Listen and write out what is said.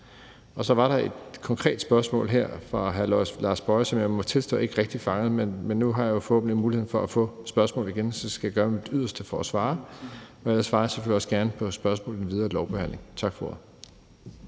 Så var der et konkret spørgsmål her fra hr. Lars Boje Mathiesen, som jeg må tilstå at jeg ikke rigtig fangede, men nu har jeg forhåbentlig muligheden for at få spørgsmålet igen, og så skal jeg gøre mit yderste for at svare. Jeg svarer selvfølgelig også gerne på spørgsmål i den videre lovbehandling. Tak for